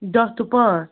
دَہ ٹُہ پانٛژھ